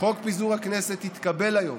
חוק פיזור הכנסת יתקבל היום